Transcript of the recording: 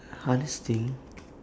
hardest thing